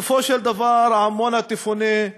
בסופו של דבר עמונה תפונה,